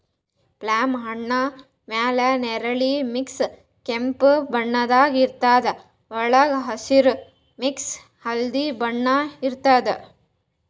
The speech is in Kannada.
ಪ್ಲಮ್ ಹಣ್ಣ್ ಮ್ಯಾಲ್ ನೆರಳಿ ಮಿಕ್ಸ್ ಕೆಂಪ್ ಬಣ್ಣದ್ ಇರ್ತದ್ ವಳ್ಗ್ ಹಸ್ರ್ ಮಿಕ್ಸ್ ಹಳ್ದಿ ಬಣ್ಣ ಇರ್ತದ್